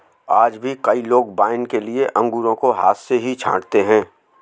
आज भी कई लोग वाइन के लिए अंगूरों को हाथ से ही छाँटते हैं